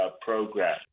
program